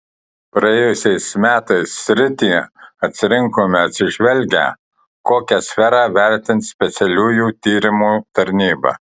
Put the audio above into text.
praėjusiais metais sritį atsirinkome atsižvelgę kokią sferą vertins specialiųjų tyrimų tarnyba